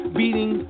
beating